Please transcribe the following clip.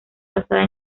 basada